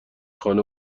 خانه